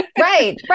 right